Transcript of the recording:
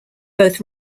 both